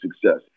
success